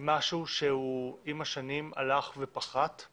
היא משהו שעם השנים הלך ופחת.